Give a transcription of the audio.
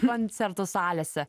koncertų salėse